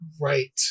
Right